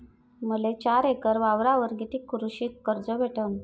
मले चार एकर वावरावर कितीक कृषी कर्ज भेटन?